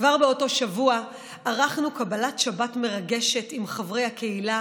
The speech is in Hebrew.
כבר באותו שבוע ערכנו קבלת שבת מרגשת עם חברי הקהילה,